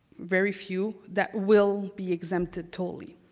very few, that will be exempted totally.